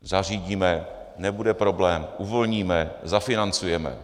Zařídíme, nebude problém, uvolníme, zafinancujeme.